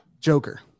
Joker